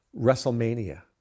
WrestleMania